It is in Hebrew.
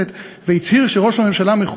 יש רבים שנאמנים לה.